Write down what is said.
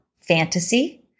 fantasy